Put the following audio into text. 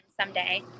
someday